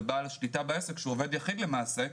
ובעל שליטה בעסק שהוא עובד יחיד למעשה,